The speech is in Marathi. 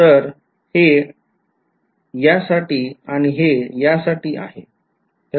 तर हे साठी आणि हे साठी आहे